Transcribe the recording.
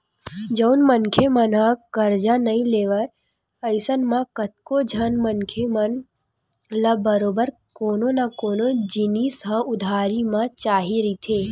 जउन मनखे मन ह करजा नइ लेवय अइसन म कतको झन मनखे मन ल बरोबर कोनो न कोनो जिनिस ह उधारी म चाही रहिथे